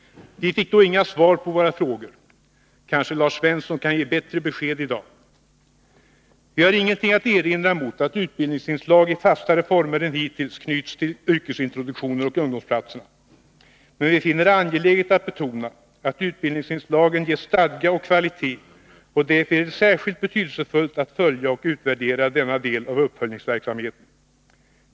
Vi fick då inga svar på våra frågor. Kanske Lars Svensson kan ge bättre besked i dag? Vi har ingenting att erinra mot att utbildningsinslag i fastare former än hittills knyts till yrkesintroduktion och ungdomsplatser, men vi finner det angeläget att betona att utbildningsinslagen ges stadga och kvalitet. Därför är det särskilt betydelsefullt att följa och utvärdera denna del av uppföljningsverksamheten.